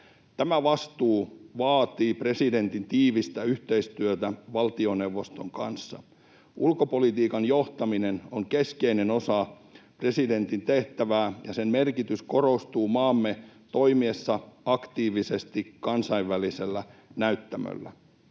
Tämä vastuu vaatii presidentin tiivistä yhteistyötä valtioneuvoston kanssa. Ulkopolitiikan johtaminen on keskeinen osa presidentin tehtävää, ja sen merkitys korostuu maamme toimiessa aktiivisesti kansainvälisellä näyttämöllä.